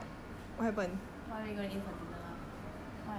what are you going to eat for dinner what your parents going to cook